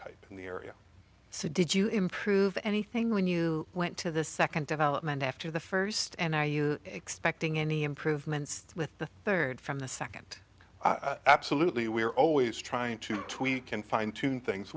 type in the area so did you improve anything when you went to the second development after the first and are you expecting any improvements with the third from the second absolutely we're always trying to tweak and fine tune things